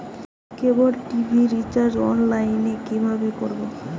কেবল TV recharge online এ কিভাবে করব?